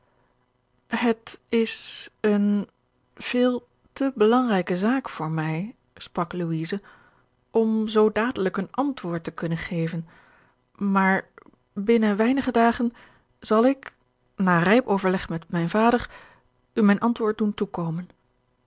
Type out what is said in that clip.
het is eene veel te belangrijke zaak voor mij sprak louise om zoo dadelijk een antwoord te kunnen geven maar binnen weinige dagen zal ik na rijp overleg met mijn vader u mijn antwoord doen toekomen